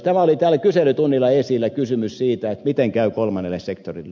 kyselytunnilla oli esillä kysymys siitä miten käy kolmannelle sektorille